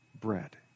bread